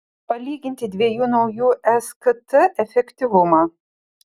palyginti dviejų naujų skt efektyvumą